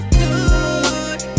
good